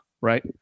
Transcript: Right